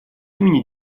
имени